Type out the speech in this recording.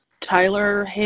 Tyler